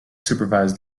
supervised